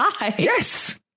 Yes